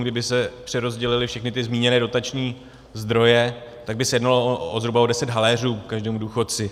Kdyby se přerozdělily všechny ty zmíněné dotační zdroje, tak by se jednalo o zhruba deset haléřů každému důchodci.